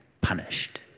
punished